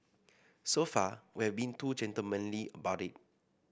so far we've been too gentlemanly about it